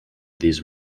these